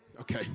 Okay